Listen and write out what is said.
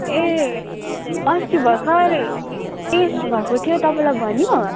ए अस्ति भर्खर टेस्ट भएको थियो तपाईँलाई भन्यो